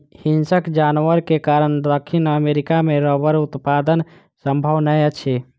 हिंसक जानवर के कारण दक्षिण अमेरिका मे रबड़ उत्पादन संभव नै अछि